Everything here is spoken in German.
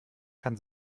kann